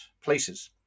places